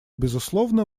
безусловно